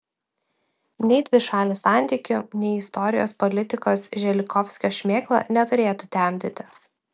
nei dvišalių santykių nei istorijos politikos želigovskio šmėkla neturėtų temdyti